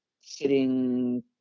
sitting